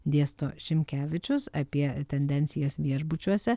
dėsto šimkevičius apie tendencijas viešbučiuose